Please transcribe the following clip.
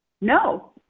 No